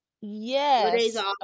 Yes